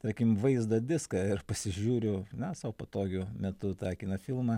tarkim vaizdo diską ir pasižiūriu na sau patogiu metu tą kino filmą